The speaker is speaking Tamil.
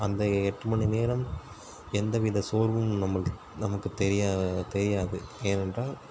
அந்த எட்டு மணி நேரம் எந்த வித சோர்வும் நம்ளுக்கு நமக்கு தெரியா தெரியாது ஏனென்றால்